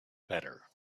better